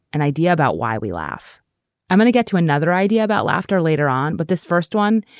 an idea about why we laugh i'm going to get to another idea about laughter later on, but this first one,